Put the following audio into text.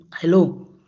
hello